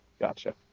Gotcha